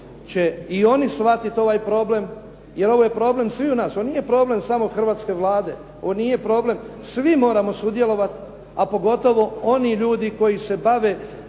će i oni shvatiti ovaj problem, jer ovo je problem je sviju nas. Ovo nije problem samo hrvatske Vlade, ovo nije problem. Svi moramo sudjelovati, a pogotovo oni ljudi koji se bave